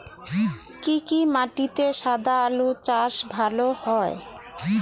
কি কি মাটিতে সাদা আলু চাষ ভালো হয়?